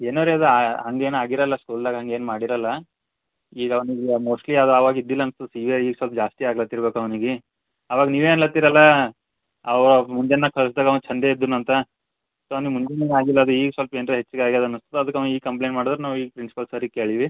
ಏನಾರು ಇದು ಹಂಗೇನು ಆಗಿರೋಲ್ಲ ಸ್ಕೂಲ್ದಾಗ ಹಂಗೇನ್ ಮಾಡಿರಲ್ಲ ಈಗ ಅವ್ನಿಗೆ ಮೋಸ್ಟ್ಲಿ ಅದು ಅವಾಗಿದ್ದಿಲ್ಲ ಅನ್ಸುತ್ತೆ ಈಗ ಈಗ ಸ್ವಲ್ಪ ಜಾಸ್ತಿ ಆಗ್ಲತ್ತಿರಬೇಕು ಅವನಿಗೆ ಅವಾಗ ನೀವೇ ಅನ್ಲತ್ತೀರಲ್ಲ ಅವಾಗ ಮುಂಜಾನ್ನಾಗ ಕಳಿಸ್ದಾಗ ಅವ ಛಂದ ಇದ್ದನು ಅಂತ ಸೊ ಅವ್ನಿಗೆ ಮುಂಜಾನೆ ಆಗಿಲ್ಲ ಅದು ಈಗ ಸ್ವಲ್ಪ ಏನರ ಹೆಚ್ಚಿಗೆ ಆಗ್ಯಾದ ಅನ್ನಸ್ತದೆ ಅದಕ್ಕೆ ಅವ ಈಗ ಕಂಪ್ಲೇಂಟ್ ಮಾಡದ್ರು ನಾವು ಈಗ ಪ್ರಿನ್ಸಿಪಾಲ್ ಸರಿಗೆ ಕೇಳಿವಿ